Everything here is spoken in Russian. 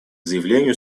заявлению